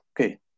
Okay